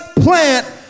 plant